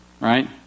right